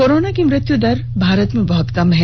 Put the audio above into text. corona की मृत्युदर भारत में बहत कम है